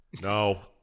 No